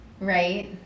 Right